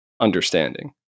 understanding